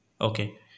okay